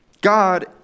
God